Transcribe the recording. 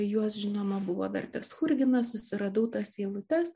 juos žinoma buvo vertęs churginas susiradau tas eilutes